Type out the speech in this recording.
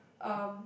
um